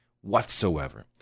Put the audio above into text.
whatsoever